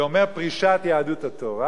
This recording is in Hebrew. זה אומר פרישת יהדות התורה,